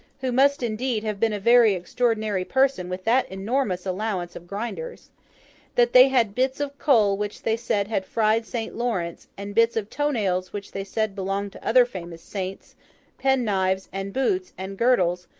who must indeed have been a very extraordinary person with that enormous allowance of grinders that they had bits of coal which they said had fried saint lawrence, and bits of toe-nails which they said belonged to other famous saints penknives, and boots, and girdles,